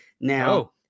now